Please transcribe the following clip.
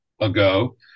ago